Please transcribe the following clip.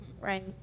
right